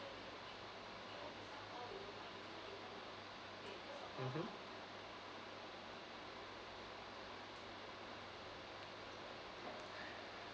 mmhmm